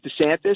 DeSantis